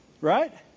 right